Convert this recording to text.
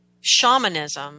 shamanism